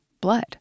blood